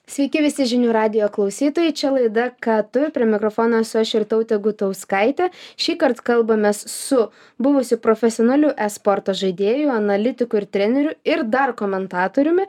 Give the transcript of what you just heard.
sveiki visi žinių radijo klausytojai čia laida ką tu ir prie mikrofono esu aš irtautė gutauskaitė šįkart kalbamės su buvusiu profesionaliu esporto žaidėju analitiku ir treneriu ir dar komentatoriumi